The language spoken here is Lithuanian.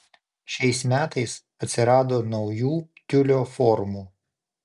šiais metais atsirado naujų tiulio formų